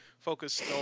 Focus